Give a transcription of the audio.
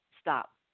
Stop